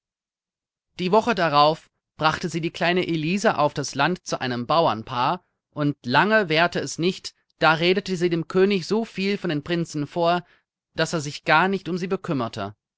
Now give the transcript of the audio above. die woche darauf brachte sie die kleine elisa auf das land zu einem bauernpaar und lange währte es nicht da redete sie dem könig so viel von den prinzen vor daß er sich gar nicht um sie bekümmerte